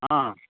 ହଁ